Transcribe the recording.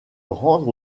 rendre